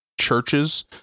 churches